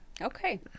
Okay